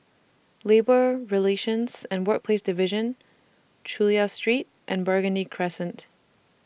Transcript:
Labour Relations and Workplaces Division Chulia Street and Burgundy Crescent